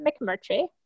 McMurtry